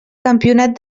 campionat